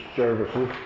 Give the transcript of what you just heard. services